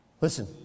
Listen